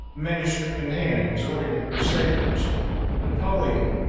manuscript in hand, exhorting the crusaders napoleon,